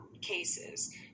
cases